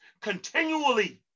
continually